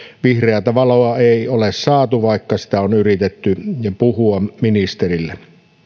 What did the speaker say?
vihreätä valoa ei ole saatu vaikka sitä on yritetty puhua ministerille